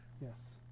Yes